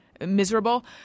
miserable